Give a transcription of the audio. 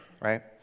right